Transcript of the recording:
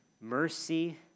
mercy